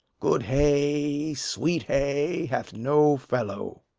good hay, sweet hay, hath no fellow.